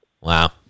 Wow